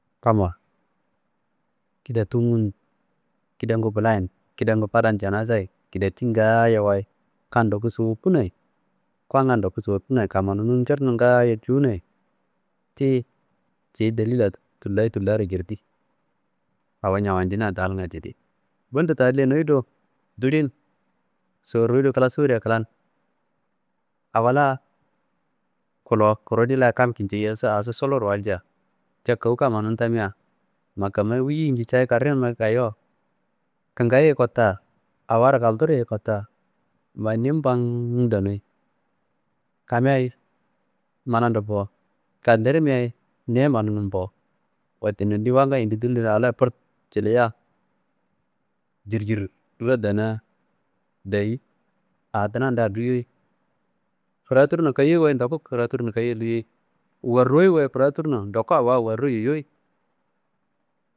Kammawa kidatungun kidangu bulaye n kidangu janazaye n kidatin ngayo wayi kan ndoku sorkunayi konka ndoku sorkunayi kamma nun njir nun ngaayo cuwunayi tiyi ciyi delila tullayi tullaro njirdi. Awo nawandina daalnga didi. Bundo ta lenoyi do dulin soroyi do kla sorya klan awo la klowo krudi la kam kinjeyiyaso, aso, suluwuro walcia ca kawu kammanum tamia ma kammayi: « wuyi » nju cawu karenumma gayowo kingayi ye kotta awaro kalturuwu ye kotta ma ni mban danuyi kamea ye mando bo kalkirmka ye niye mananum bo. Wette nondi wanga yindi dilin a la prut ciliya jurjurro dana dayi a dunanda duyei. Fraturno kayoyoi wayi ndoku faturno kayoi luyei. Warroi wayi fraturno ndoku awa warro yoyiyoi.